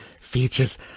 features